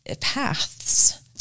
paths